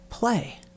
play